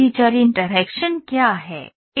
feature interaction क्या है